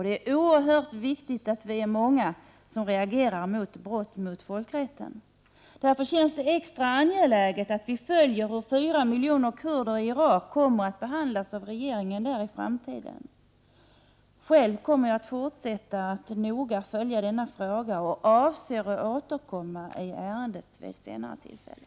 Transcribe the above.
Det är oerhört viktigt att vi är många som reagerar mot brott mot folkrätten. Därför känns det extra angeläget att vi följer hur 4 miljoner kurder i Irak kommer att behandlas av regeringen där i framtiden. Själv kommer jag att fortsätta att noga följa denna fråga, och jag avser att återkomma i ärendet vid ett senare tillfälle.